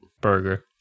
burger